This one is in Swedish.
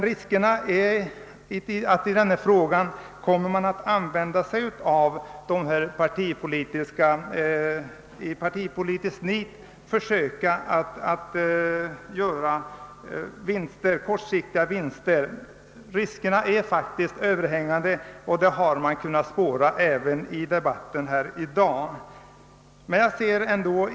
Riskerna att man i partipolitiskt nit kommer att försöka göra sådana vinster är dock överhängande, vilket har kunnat spåras även i dagens debatt.